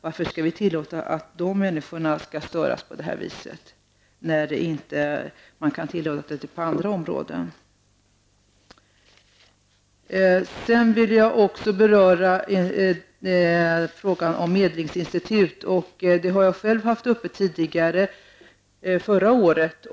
Varför skall vi tillåta att dessa människor störs på det här viset när man inte tillåter det på andra områden? Sedan vill jag också beröra frågan om medlingsinstitut. Den har jag själv haft uppe förra året.